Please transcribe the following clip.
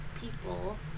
people